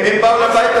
אם הם באו לבית,